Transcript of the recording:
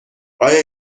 آیا